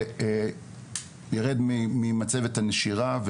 ויירד ממצבת הנשירה.